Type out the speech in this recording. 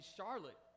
Charlotte